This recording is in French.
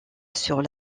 sur